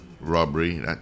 robbery